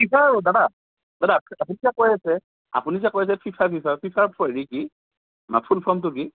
ফিফাৰ দাদা দাদা আপুনি যে কৈ আছে আপুনি যে কৈ আছে ফিফা ফিফা ফিফাৰ হেৰি কি ফুল ফৰ্মটো কি